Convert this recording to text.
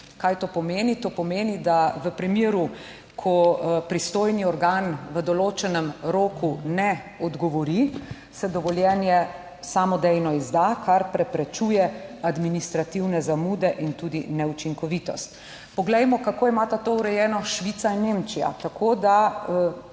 Kaj to pomeni? To pomeni, da v primeru, ko pristojni organ v določenem roku ne odgovori, se dovoljenje samodejno izda, kar preprečuje administrativne zamude in tudi neučinkovitost. Poglejmo, kako imata to urejeno Švica in Nemčija.